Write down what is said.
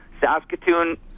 Saskatoon